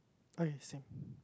oh yes thing